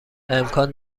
امکان